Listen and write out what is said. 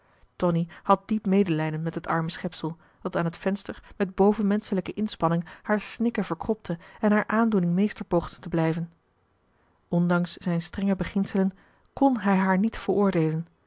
tonie had diep medelijden met het arme schepsel dat aan het venster met bovenmenschelijke inspanning haar snikken verkropte en haar aandoening meester poogde te blijven ondanks zijn strenge beginselen kon hij haar niet veroordeelen